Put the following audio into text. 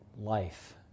life